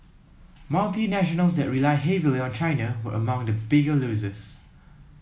multinationals that rely heavily on China were among the bigger losers